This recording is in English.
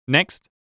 Next